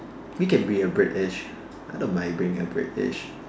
we can be a British I don't mind being a British